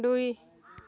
দুই